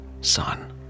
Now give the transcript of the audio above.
son